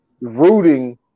rooting